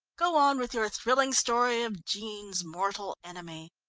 go on with your thrilling story of jean's mortal enemy.